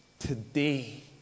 Today